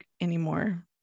anymore